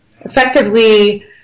effectively